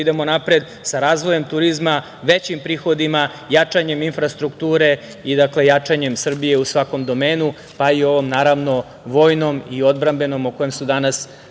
idemo napred sa razvojem turizma, većim prihodima, jačanjem infrastrukture i jačanjem Srbije u svakom domenu, pa i ovom naravno vojnom i odbrambenom o kojem su danas sve